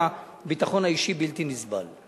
שהביטחון האישי הפך להיות בלתי נסבל,